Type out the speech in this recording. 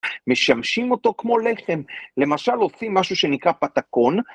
משמשים אותו כמו לחם, למשל עושים משהו שנקרא פתקון.